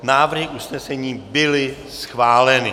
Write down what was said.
Návrhy usnesení byly schváleny.